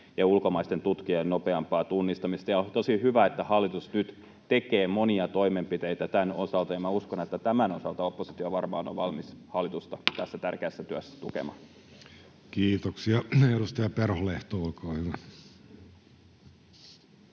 ja ulkomaisten tukien nopeampaa tunnistamista. On tosi hyvä, että hallitus nyt tekee monia toimenpiteitä tämän osalta, ja minä uskon, että tämän osalta oppositio varmaan on valmis hallitusta tässä tärkeässä työssä tukemaan. Kiitoksia. — Edustaja Perholehto, olkaa hyvä.